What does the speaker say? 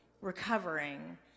recovering